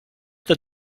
that